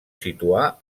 situar